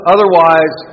Otherwise